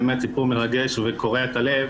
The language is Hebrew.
באמת סיפור מרגש וקורע לב,